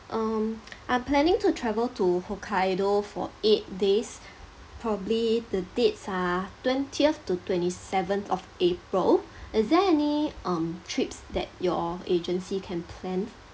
um I'm planning to travel to hokkaido for eight days probably the dates are twentieth to twenty seventh of april is there any um trips that your agency can plan